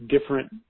different